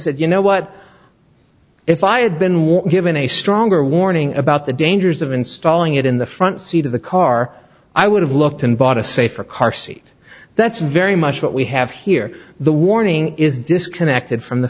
said you know what if i had been more given a stronger warning about the dangers of installing it in the front seat of the car i would have looked and bought a safer car seat that's very much what we have here the warning is disconnected from the